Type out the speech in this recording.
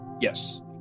Yes